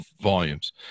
volumes